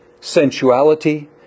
sensuality